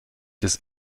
des